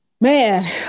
man